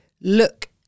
look